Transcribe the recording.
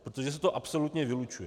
Protože se to absolutně vylučuje.